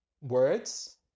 words